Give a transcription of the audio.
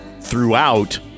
throughout